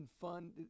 fun